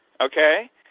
okay